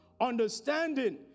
understanding